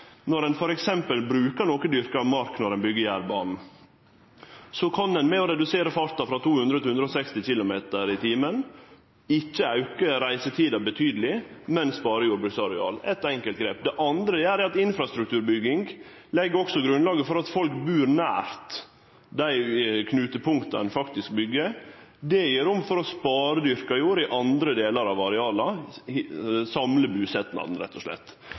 Når ein f.eks. brukar noko dyrka mark når ein byggjer jernbanen, kan ein ved å redusere farten frå 200 til 160 km/t spare jordbruksareal utan å auke reisetida betydeleg – eit enkelt grep. Det andre er at infrastrukturbygging også legg grunnlaget for at folk bur nær dei knutepunkta ein faktisk byggjer. Det gjev rom for å spare dyrka jord i andre delar av areala – å samle busetnaden, rett og slett.